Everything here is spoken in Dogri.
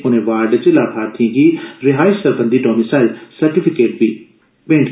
उनें वार्ड च लाभार्थियें गी रिहायश सरबंधी डोमिसाईल सर्टिफिकेट बी बंडे